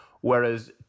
Whereas